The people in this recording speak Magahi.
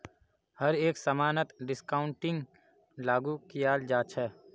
हर एक समानत डिस्काउंटिंगक लागू कियाल जा छ